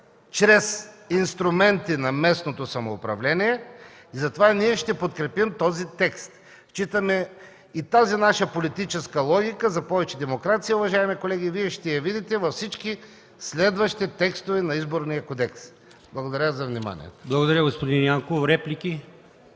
чрез инструменти на местното самоуправление и затова ние ще подкрепим този текст. Тази наша политическа логика – за повече демокрация, уважаеми колеги, Вие ще я видите във всички следващи текстове на Изборния кодекс. Благодаря за вниманието.